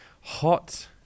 hot